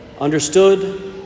understood